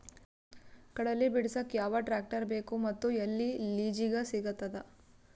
ಕಡಲಿ ಬಿಡಸಕ್ ಯಾವ ಟ್ರ್ಯಾಕ್ಟರ್ ಬೇಕು ಮತ್ತು ಎಲ್ಲಿ ಲಿಜೀಗ ಸಿಗತದ?